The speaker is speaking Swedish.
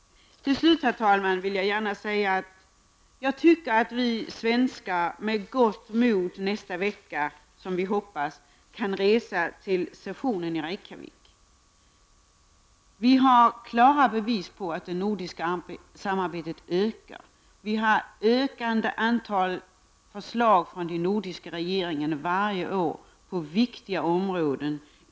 Herr talman! Till slut vill jag gärna säga att jag tycker att vi svenskar med gott mod nästa vecka, som vi hoppas, kan resa till sessionen i Reykjavik. Vi har klara bevis på att det nordiska samarbetet ökar. Vi har ett ökande antal förslag på viktiga områden från de nordiska regeringarna varje år.